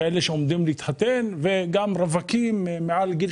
כאלה שעומדים להתחתן וגם רווקים מעל גיל